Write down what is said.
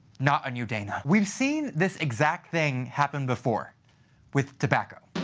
not a new dana. we've seen this exact thing happen before with tobacco.